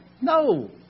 No